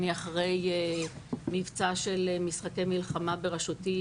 אני אחרי מבצע של "משחקי מלחמה" בראשותי,